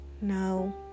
No